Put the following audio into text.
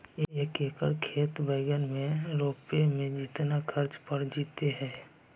एक एकड़ खेत में बैंगन रोपे में केतना ख़र्चा पड़ जितै?